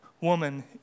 woman